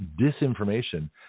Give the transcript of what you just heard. disinformation